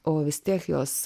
o vis tiek jos